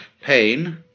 pain